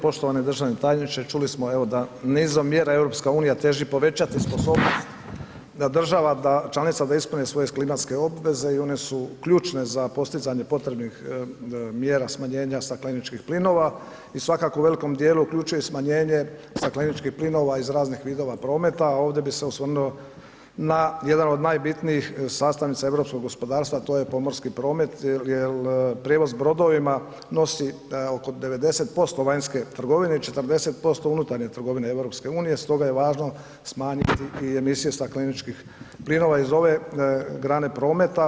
Poštovani državni tajniče čuli smo evo da nizom mjera EU teži povećati sposobnost da država da članica da ispune svoje klimatske obveze i one su ključne za postizanje potrebnih mjera smanjenja stakleničkih plinova i svakako u velikom dijelu uključuje i smanjenje stakleničkih plinova iz raznih vidova prometa, a ovdje bih se osvrnuo na jedan od najbitnijih sastavnica europskog gospodarstva, a to je pomorski promet jer prijevoz brodovima nosi oko 90% vanjske trgovine i 40% unutarnje trgovine EU stoga je važno smanjiti i emisije stakleničkih plinova iz ove grane prometa.